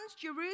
Jerusalem